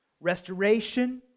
restoration